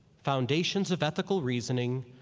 foundations of ethical reasoning,